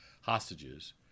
hostages